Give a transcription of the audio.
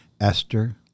Esther